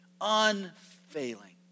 Unfailing